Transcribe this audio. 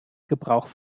gebrauch